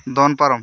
ᱫᱚᱱ ᱯᱟᱨᱚᱢ